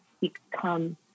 become